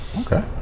okay